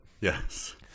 yes